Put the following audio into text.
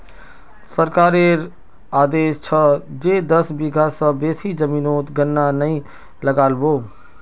सरकारेर आदेश छ जे दस बीघा स बेसी जमीनोत गन्ना नइ लगा बो